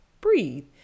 breathe